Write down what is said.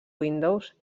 windows